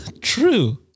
true